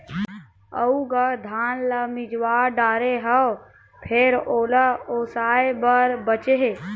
अउ गा धान ल मिजवा डारे हव फेर ओला ओसाय बर बाचे हे